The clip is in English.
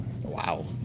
Wow